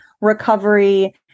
recovery